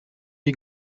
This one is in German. die